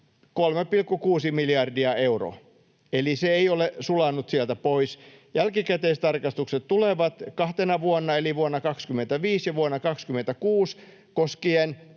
3,6 miljardia euroa. Eli se ei ole sulanut sieltä pois. Jälkikäteistarkistukset tulevat kahtena vuonna eli vuonna 25 ja vuonna 26 koskien